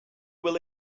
will